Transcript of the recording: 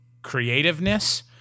creativeness